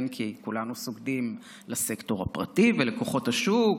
כי כולנו סוגדים לסקטור הפרטי ולכוחות השוק,